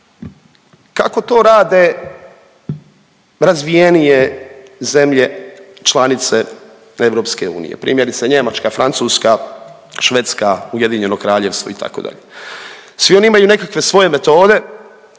Kako to rade razvijenije zemlje članice EU, primjerice Njemačka, Francuska, Švedska, Ujedinjeno Kraljevstvo itd.? Svi oni imaju nekakve svoje metode